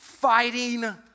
fighting